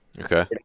Okay